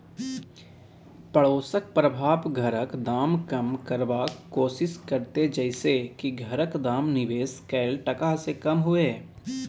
पडोसक प्रभाव घरक दाम कम करबाक कोशिश करते जइसे की घरक दाम निवेश कैल टका से कम हुए